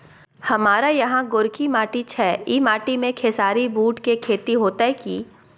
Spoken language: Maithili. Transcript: हमारा यहाँ गोरकी माटी छै ई माटी में खेसारी, बूट के खेती हौते की?